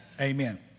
amen